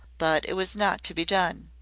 but it was not to be done.